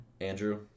Andrew